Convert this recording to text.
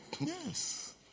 Yes